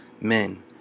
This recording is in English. Men